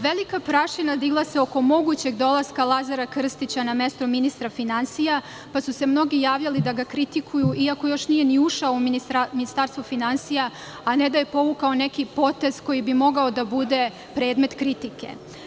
Velika prašina digla se oko mogućeg dolaska Lazara Krstića na mesto ministra finansija, pa su se mnogi javljali da ga kritikuju, iako još nije ni ušao u Ministarstvo finansija, a ne da je povukao neki potez koji bi mogao da bude predmet kritike.